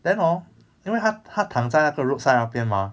then hor 因为她她躺在那个 roadside 那边 mah